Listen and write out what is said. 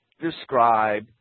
describe